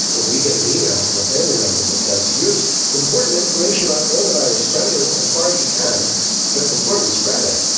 when we get an email from a family member that says here's important information about corona virus, spread it as as far as you can that before we spread it,